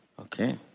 Okay